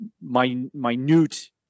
minute